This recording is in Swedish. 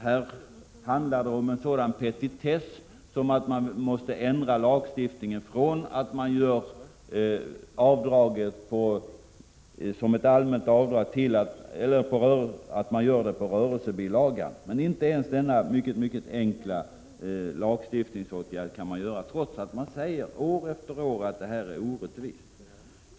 Här handlar det om en sådan petitess som att ändra lagstiftningen och låta företagaren göra avdraget på rörelsebilagan. Men inte ens denna mycket enkla lagstiftningsåtgärd kan man vidta, trots att man säger år efter år att den nuvarande ordningen är orättvis.